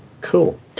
Cool